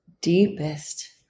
deepest